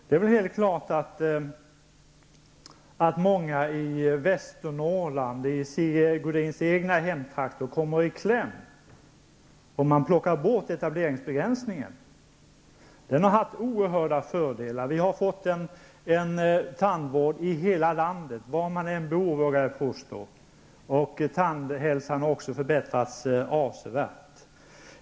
Det är väl helt klart att många i Västernorrland, i Sigge Godins egna hemtrakter, kommer i kläm om man plockar bort etableringsbegränsningen. Den har haft oerhörda fördelar. Vi har fått tandvård i hela landet, var man än bor, vågar jag påstå. Tandhälsan har också förbättrats avsevärt.